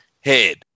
head